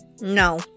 no